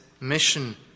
Mission